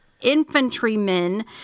infantrymen